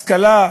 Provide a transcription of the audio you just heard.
השכלה,